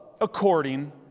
according